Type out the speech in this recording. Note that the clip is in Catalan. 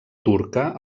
turca